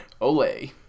Olay